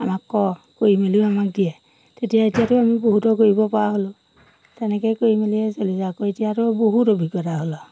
আমাক ক কৰি মেলিও আমাক দিয়ে তেতিয়া এতিয়াতো আমি বহুতো কৰিব পৰা হ'লোঁ তেনেকৈ কৰি মেলিয়ে চলি যাওঁ আকৌ এতিয়াতো বহুত অভিজ্ঞতা হ'ল আৰু